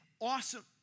awesome